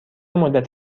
مدت